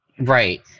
Right